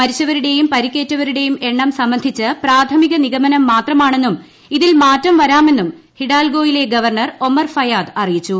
മുരിച്ചുവരുടെയും പരിക്കേറ്റവരുടെയും എണ്ണം സംബന്ധിച്ച് പ്രാഥ്മിക നിഗമനം മാത്രമാണെന്നും ഇതിൽ മാറ്റം വരാമെന്നും ഹിഡ്ഡാൽഗൊയിലെ ഗവർണ്ണർ ഒമർ ഫയാദ് അറിയിച്ചു